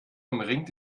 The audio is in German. umringt